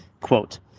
Quote